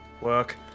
work